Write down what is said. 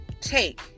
take